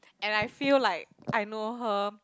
and I feel like I know her